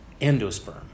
endosperm